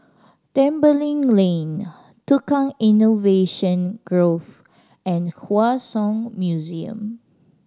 Tembeling Lane Tukang Innovation Grove and Hua Song Museum